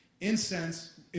Incense